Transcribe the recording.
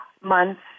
months